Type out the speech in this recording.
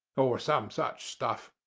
or some such stuff.